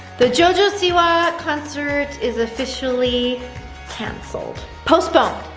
the jojo siwa concert is officially canceled, postponed,